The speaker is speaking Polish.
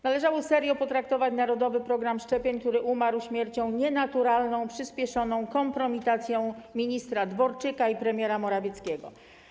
Należało serio potraktować Narodowy Program Szczepień, który umarł śmiercią nienaturalną, przyspieszoną kompromitacją ministra Dworczyka i premiera Morawieckiego.